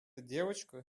девочка